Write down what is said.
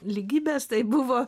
lygybės tai buvo